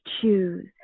choose